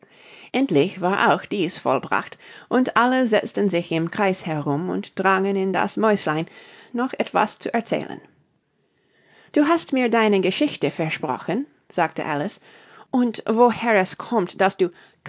endlich war auch dies vollbracht und alle setzten sich im kreis herum und drangen in das mäuslein noch etwas zu erzählen du hast mir deine geschichte versprochen sagte alice und woher es kommt daß du